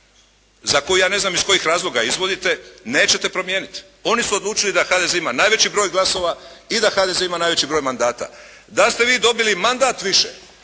za koju ja ne znam iz kojih razloga je izvodite nećete promijeniti. Oni su odlučili da HDZ ima najveći broj glasova i da HDZ ima najveći broj mandata. Da ste vi dobili mandat više